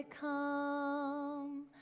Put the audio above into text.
come